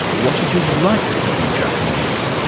what it is like to be japanese'.